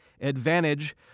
advantage